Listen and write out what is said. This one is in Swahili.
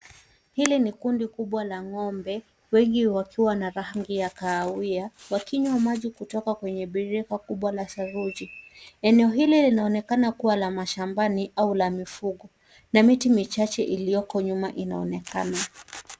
Hili ni kundi kubwa la ng,ombe, wengi wakiwa na rangi ya kahawia, wakinywa maji kutoka kwenye birika kubwa la saruji. Eneo hili linaonekana kuwa la mashambani, au la mifugo, na miti michache ilioko nyuma inaonekana.